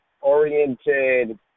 oriented